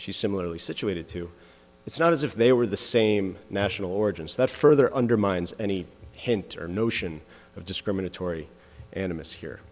she similarly situated to it's not as if they were the same national origins that further undermines any hint or notion of discriminatory animus here